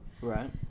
right